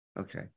Okay